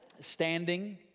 Standing